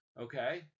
Okay